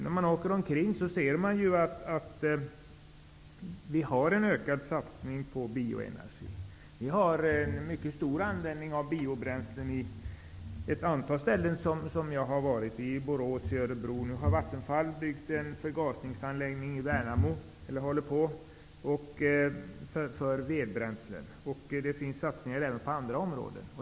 När man åker omkring i landet märker man att vi har en ökad satsning på bioenergi. Vi har mycket stor användning av biobränslen på ett antal ställen som jag har besökt, t.ex. i Borås och Örebro. Nu håller Vattenfall på med att bygga en förgasningsanläggning för vedbränsle i Värnamo. Det görs satsningar även på andra områden.